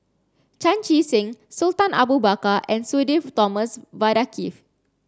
Chan Chee Seng Sultan Abu Bakar and Sudhir Thomas Vadaketh